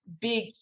big